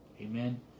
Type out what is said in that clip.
Amen